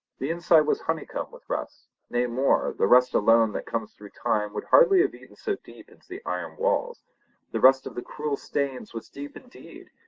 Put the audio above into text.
the inside was honeycombed with rust nay more, the rust alone that comes through time would hardly have eaten so deep into the iron walls the rust of the cruel stains was deep indeed!